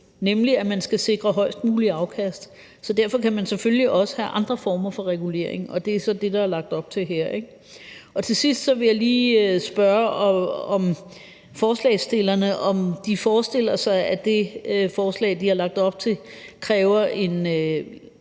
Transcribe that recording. nemlig at man skal sikre højest mulige afkast. Så derfor kan man selvfølgelig også have andre former for regulering, og det er så det, der er lagt op til her. Til sidst vil jeg lige spørge forslagsstillerne, om de forestiller sig, at det forslag, de har lagt op til, kræver en